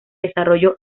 desarrollo